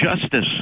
Justice